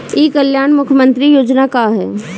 ई कल्याण मुख्य्मंत्री योजना का है?